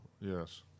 yes